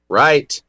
right